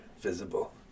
visible